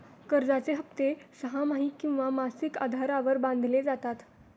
कर्जाचे हप्ते सहामाही किंवा मासिक आधारावर बांधले जातात